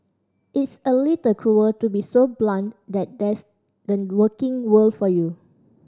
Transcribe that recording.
it's a little cruel to be so blunt that that's the working world for you